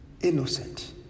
innocent